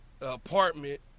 apartment